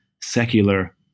secular